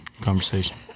conversation